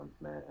man